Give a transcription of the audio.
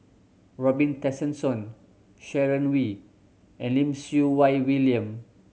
Robin Tessensohn Sharon Wee and Lim Siew Wai William